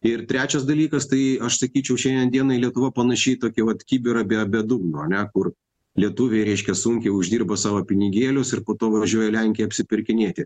ir trečias dalykas tai aš sakyčiau šiandien dienai lietuva panaši į tokį vat kibirą bė bėdų ane kur lietuviai reiškia sunkiai uždirba savo pinigėlius ir po to važiuoja į lenkiją apsipirkinėti